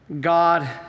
God